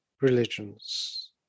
religions